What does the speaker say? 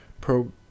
pro